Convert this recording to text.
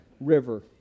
river